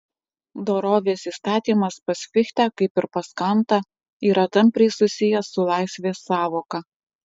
dorovės įstatymas pas fichtę kaip ir pas kantą yra tampriai susijęs su laisvės sąvoka